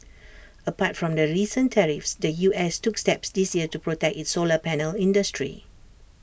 apart from the recent tariffs the U S took steps this year to protect its solar panel industry